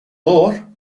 moore